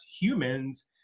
humans